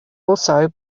also